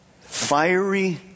fiery